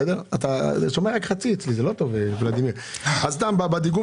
אני רוצה לדעת